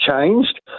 changed